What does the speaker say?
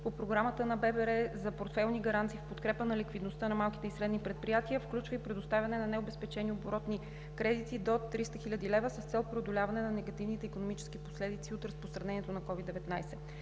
за развитие за портфейлни гаранции в подкрепа на ликвидността на малките и средни предприятия включва и предоставяне на необезпечени оборотни кредити до 300 хил. лв., с цел преодоляване на негативните икономически последици от разпространението на COVID-19.